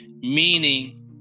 meaning